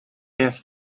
have